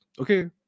okay